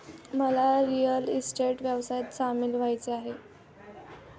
मला real estate व्यवसायात सामील व्हायचे आहे